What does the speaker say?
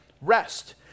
rest